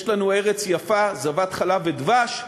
יש לנו ארץ יפה, זבת חלב ודבש,